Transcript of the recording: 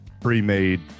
pre-made